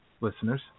listeners